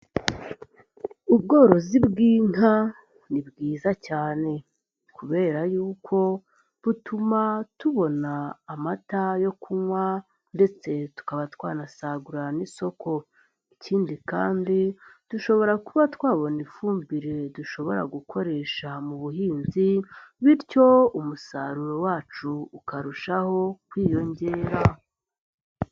Ubworozi bw'inka ni bwiza cyane kubera yuko butuma tubona amata yo kunywa ndetse tukaba twanasagurira n'isoko, ikindi kandi dushobora kuba twabona ifumbire dushobora gukoresha mu buhinzi bityo umusaruro wacu ukarushaho kwiyongera.